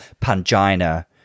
Pangina